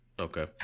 Okay